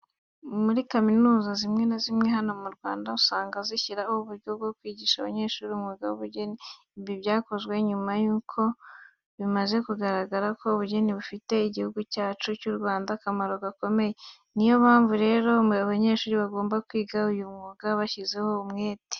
Muri kaminuza zimwe na zimwe za hano mu Rwanda, usanga zishyiraho uburyo bwo kwigisha abanyeshuri umwuga w'ubugeni. Ibi byakozwe nyuma yuko bimaze kugaragara ko ubugeni bufitiye Igihugu cyacu cy'u Rwanda akamaro gakomeye. Niyo mpamvu rero abanyeshuri bagomba kwiga uyu mwuga bashyizeho umwete.